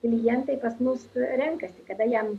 klientai pas mus renkasi kada jam